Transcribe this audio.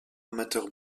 amateur